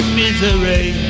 misery